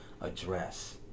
address